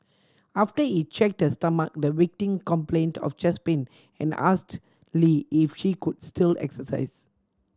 after he checked her stomach the complained of chest pain and asked Lee if she could still exercise